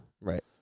Right